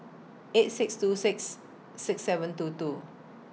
eight six two six six seven two two